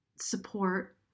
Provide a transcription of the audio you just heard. support